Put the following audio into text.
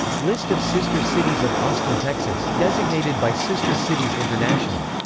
list of sister cities of austin, texas, designated by sister cities international.